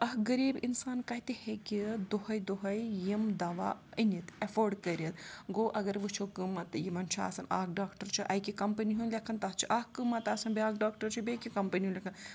اَکھ غریٖب اِنسان کَتہِ ہیٚکہِ دۄہَے دۄہَے یِم دَوا أنِتھ اٮ۪فٲڈ کٔرِتھ گوٚو اگر وٕچھو قۭمَتھ یِمَن چھُ آسان اَکھ ڈاکٹر چھُ اَکہِ کَمپٔنی ہُنٛد لٮ۪کھان تَتھ چھُ اَکھ قۭمَتھ آسان بیٛاکھ ڈاکٹر چھُ بیٚکہِ کَمپٔنی ہُنٛد لٮ۪کھان